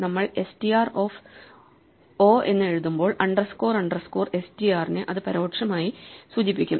നമ്മൾ str of o എന്ന് എഴുതുമ്പോൾ അണ്ടർസ്കോർ അണ്ടർസ്കോർ str നെ അത് പരോക്ഷമായി സൂചിപ്പിക്കും